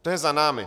To je za námi.